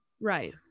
Right